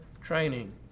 training